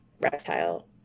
reptile